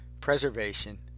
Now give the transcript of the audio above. preservation